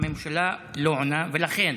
הממשלה לא עונה, ולכן